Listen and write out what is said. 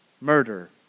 murder